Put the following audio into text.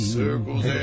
circles